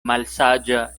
malsaĝa